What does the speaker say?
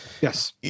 yes